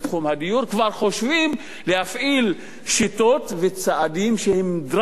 כבר חושבים להפעיל שיטות וצעדים שהם דרסטיים,